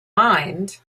mind